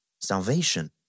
Salvation